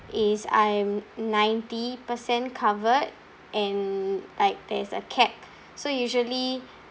is I'm ninety percent covered and like there's a cap so usually